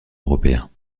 européens